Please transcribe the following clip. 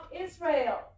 Israel